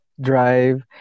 drive